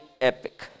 epic